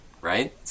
right